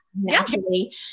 naturally